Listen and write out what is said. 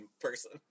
person